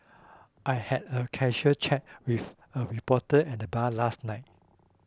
I had a casual chat with a reporter at the bar last night